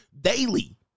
Daily